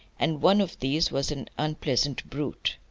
and one of these was an unpleasant brute.